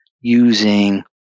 using